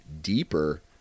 deeper